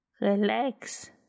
relax